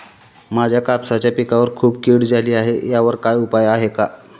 माझ्या कापसाच्या पिकावर खूप कीड झाली आहे यावर काय उपाय आहे का?